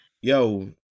yo